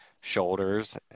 shoulders